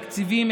תקציבים,